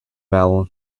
bell